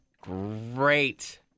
Great